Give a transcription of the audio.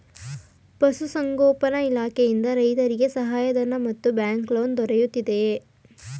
ಪಶು ಸಂಗೋಪನಾ ಇಲಾಖೆಯಿಂದ ರೈತರಿಗೆ ಸಹಾಯ ಧನ ಮತ್ತು ಬ್ಯಾಂಕ್ ಲೋನ್ ದೊರೆಯುತ್ತಿದೆಯೇ?